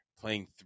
playing